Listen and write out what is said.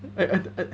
I I I